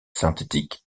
synthétique